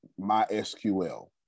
MySQL